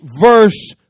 verse